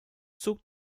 zog